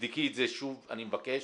תבדקי את זה שוב, אני מבקש.